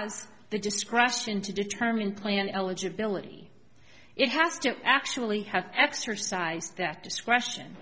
has the discretion to determine plan eligibility it has to actually have exercised that discretion